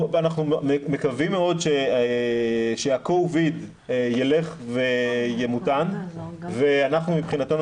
אנחנו מקווים מאוד שה-covid יילך וימותן ואנחנו מבחינתנו,